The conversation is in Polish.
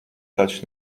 kać